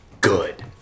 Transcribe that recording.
good